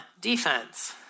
defense